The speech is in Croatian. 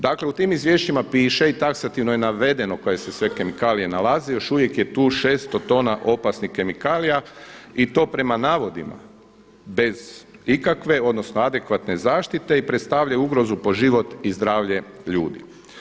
Dakle u tim izvješćima piše i taksativno je navedeno koje se sve kemikalije nalaze, još uvijek je tu 600 tona opasnih kemikalija i to prema navodima bez ikakve odnosno adekvatne zaštite i to predstavlja ugroz po život i zdravlje ljudi.